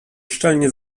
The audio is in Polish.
szczelnie